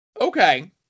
Okay